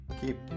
Keep